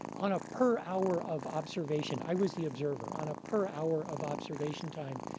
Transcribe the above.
on a per hour of observation, i was the observer. on a per hour of observation time,